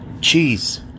Cheese